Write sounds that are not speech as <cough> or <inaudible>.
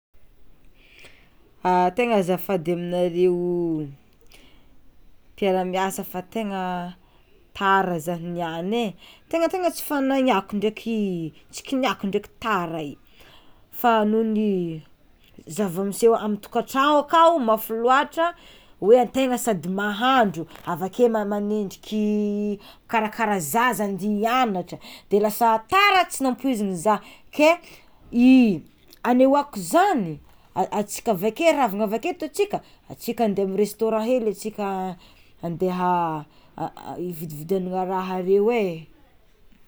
<hesitation> Tegna azafady aminareo mpiaraliasa fa tegnaz tara zah niany e, tegna tegna tsy fanahiniko ndraiky tsy kiniako ndraiky tara io fa noho ny zavamiseo amy tokantrano akao mafy loatra hoe ategna sady mahandro avakeo manenjiky mikarakara zaza andy hiagnatra de lasa tara tsy nampoizina zah ke i anehoako zany a- atsika avake ravana avy aketo tsika atsika amy restaurant hely atsika andeha <hesitation> hividividianana raha areo e.